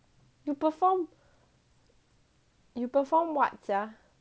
you perform you perform what sia